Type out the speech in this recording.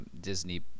Disney